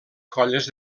colles